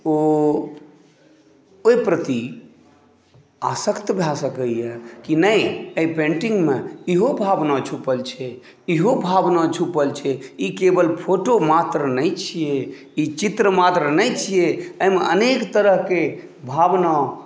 ओ ओहि प्रति आशक्त भय सकैए कि नहि एहि पेन्टिंगमे इहो भावना छुपल छै इहो भावना छुपल छै ई केवल फोटो मात्र नहि छियैक ई चित्र मात्र नहि छियैक एहिमे अनेक तरहकेँ भावना